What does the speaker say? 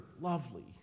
lovely